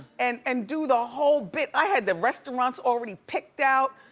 and and do the whole bit, i had the restaurants already picked out